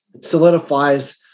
solidifies